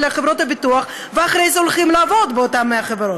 חברות הביטוח ואחרי זה הולכים לעבוד באותן חברות.